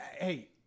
Hey